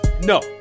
No